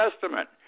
testament